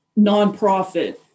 nonprofit